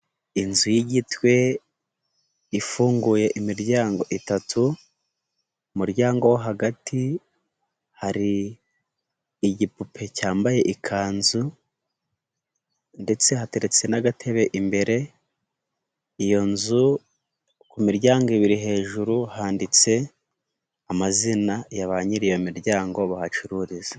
Inzu yigitwe ifunguye imiryango itatu, umuryango wo hagati hari igipupe cyambaye ikanzu ndetse hateretse n'agatebe imbere, iyo nzu ku miryango ibiri hejuru handitse amazina ya ba nyiri iyo miryango bahacururiza.